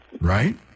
Right